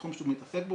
והתחום שהוא מתעסק בו,